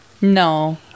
No